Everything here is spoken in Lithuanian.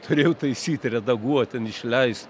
turėjau taisyt redaguot ten išleist